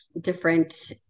different